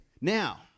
Now